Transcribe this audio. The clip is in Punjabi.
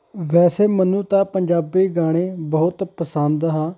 ਵੈਸੇ ਮੈਨੂੰ ਤਾਂ ਪੰਜਾਬੀ ਗਾਣੇ ਬਹੁਤ ਪਸੰਦ ਹਾਂ